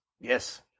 Yes